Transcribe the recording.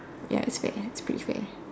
ya it's fair it's pretty happy fair